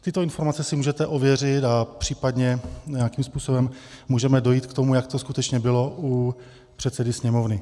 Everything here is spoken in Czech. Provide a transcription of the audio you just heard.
Tyto informace si můžete ověřit a případně nějakým způsobem můžeme dojít k tomu, jak to skutečně bylo, u předsedy Sněmovny.